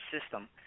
system